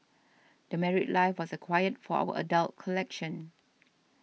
The Married Life was acquired for our adult collection